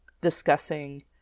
discussing